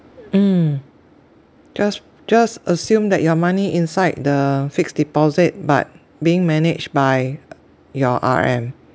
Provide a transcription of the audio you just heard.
mm just just assume that your money inside the fixed deposit but being managed by your R_M